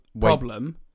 problem